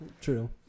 True